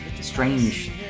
strange